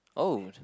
oh